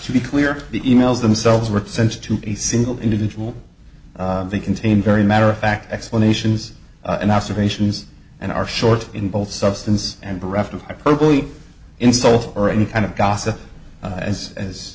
to be clear the emails themselves were sent to a single individual they contain very matter of fact explanations and aspirations and are short in both substance and bereft of hyperbole insult or any kind of gossip as as